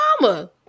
mama